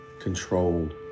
controlled